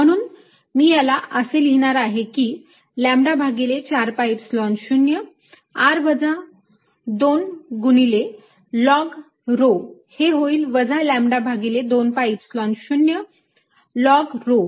म्हणून मी याला असे लिहिणार आहे की लॅम्बडा भागिले 4 pi Epsilon 0 वजा 2 गुणिले लॉग rho हे होईल वजा लॅम्बडा भागिले 2 pi Epsilon 0 लॉग rho